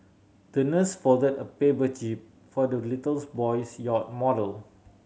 the nurse folded a paper jib for the little boy's yacht model